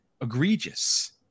egregious